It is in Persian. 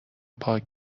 پاک